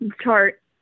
chart